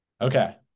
Okay